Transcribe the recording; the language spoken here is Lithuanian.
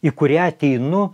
į kurią ateinu